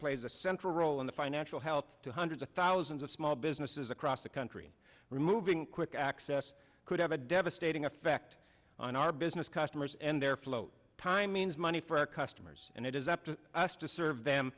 plays a central role in the financial help to hundreds of thousands of small businesses across the country removing quick access could have a devastating effect on our business customers and their float time means money for our customers and it is up to us to serve them